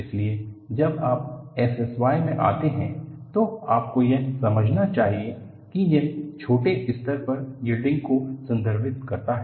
इसलिए जब आप SSY में आते हैं तो आपको यह समझना चाहिए कि यह छोटे स्तर पर यील्डिंग को संदर्भित करता है